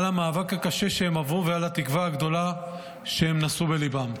על המאבק הקשה שהם עברו ועל התקווה הגדולה שהם נשאו בליבם.